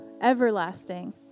everlasting